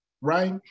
right